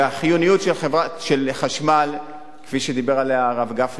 החיוניות של חשמל, כפי שדיבר עליה הרב גפני,